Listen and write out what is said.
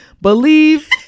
Believe